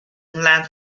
inland